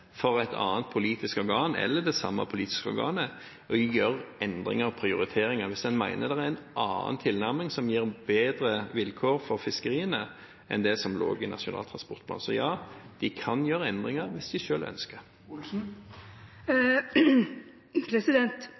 for et annet politisk organ – eller det samme politiske organet – å gjøre endring av prioriteringer hvis en mener at det er en annen tilnærming som gir bedre vilkår for fiskeriene enn det som lå i Nasjonal transportplan. Så ja, de kan gjøre endringer hvis de selv ønsker